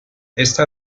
esta